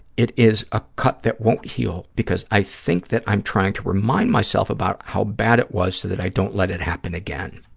it is a cut that won't heal because i think that i'm trying to remind myself about how bad it was so that i don't let it happen again.